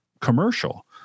commercial